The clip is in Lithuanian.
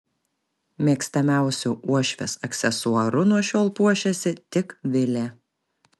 mėgstamiausiu uošvės aksesuaru nuo šiol puošiasi tik vilė